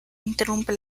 interrumpe